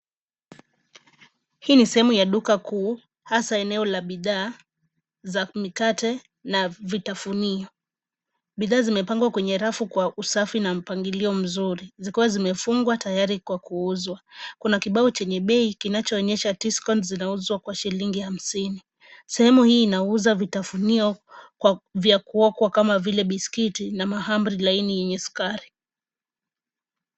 Hii ni sehemu ya duka kuu hasa eneo la bidhaa, za mikate na vitafunio. Bidhaa zimepangwa kwenye rafu kwa usafi na mpangilio mzuri. Zikiwa zimefungwa tayari kwa kuuuzwa. Kuna kibao chenye bei, kinachooenyesha tiscon zinauzwa kwa shilingi hamsini. Sehemu hii inauza vitafunio vya kuokwa kama vile biskiti na mahamri laini yenye sukari.